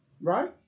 Right